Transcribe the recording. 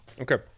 Okay